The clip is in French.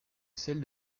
celle